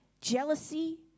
jealousy